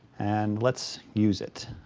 and let's use it.